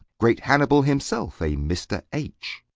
great hannibal himself a mr. h.